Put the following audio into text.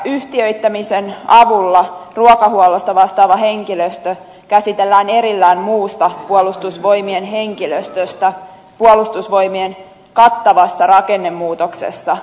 yhtiöittämisen avulla ruokahuollosta vastaava henkilöstö käsitellään erillään muusta puolustusvoimien henkilöstöstä puolustusvoimien kattavassa rakennemuutoksessa